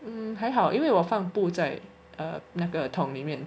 um 还好因为我放布在 err 那个桶里面